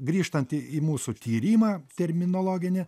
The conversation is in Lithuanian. grįžtantį į į mūsų tyrimą terminologinį